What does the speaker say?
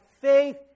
faith